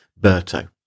Berto